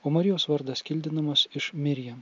o marijos vardas kildinamas iš mirijam